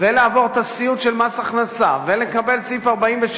ולעבור את הסיוט של מס הכנסה ולקבל סעיף 46,